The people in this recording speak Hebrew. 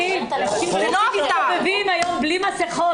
על ------ אנשים מסתובבים היום בלי מסכות.